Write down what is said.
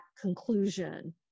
conclusion